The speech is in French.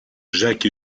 jacques